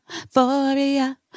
euphoria